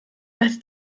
als